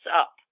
up